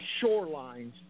shorelines